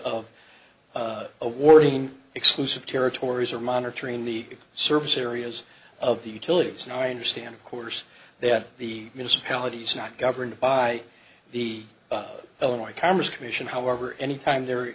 of award exclusive territories are monitoring the service areas of the utilities and i understand of course that the municipalities not governed by the illinois commerce commission however anytime there